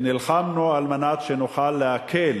נלחמנו על מנת שנוכל להקל